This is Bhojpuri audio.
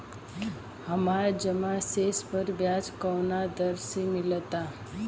हमार जमा शेष पर ब्याज कवना दर से मिल ता?